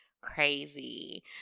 crazy